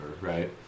right